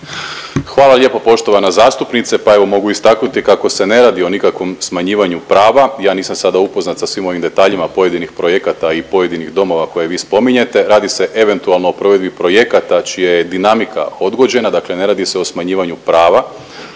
Hvala lijepo poštovana zastupnice, pa evo mogu istaknuti kako se ne radi o nikakvom smanjivanju prava. Ja nisam sada upoznat sa svim ovim detaljima pojedinih projekata i pojedinih domova koje vi spominjete, radi se eventualno o provedbi projekata čija je dinamika odgođena, dakle ne radi se o smanjivanju prava,